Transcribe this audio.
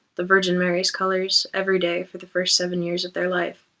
the virgin mary's colors every day for the first seven years of their life.